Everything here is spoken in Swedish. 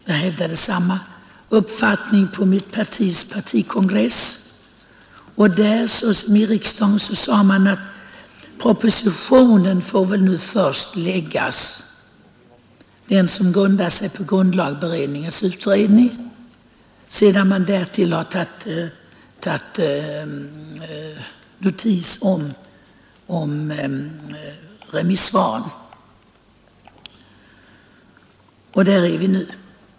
Jag hävdade samma uppfattning på mitt partis kongress, och där liksom i riksdagen sade man att vi får väl först avvakta propositionen som bygger på grundlagberedningens utredning och remissyttrandena över dess förslag. Där är vi nu.